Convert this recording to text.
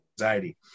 anxiety